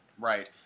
Right